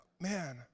man